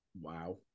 Wow